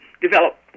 develop